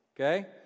Okay